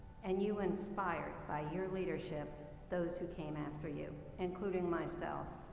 and you inspired by your leadership those who came after you, including myself.